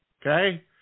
Okay